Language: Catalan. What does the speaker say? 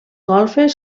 golfes